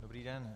Dobrý den.